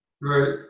Right